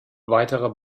weitere